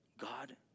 God